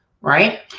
right